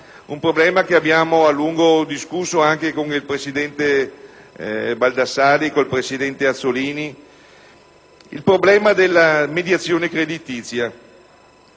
problema che abbiamo a lungo discusso anche con il presidente Baldassarri e con il presidente Azzollini, ossia alla mediazione creditizia.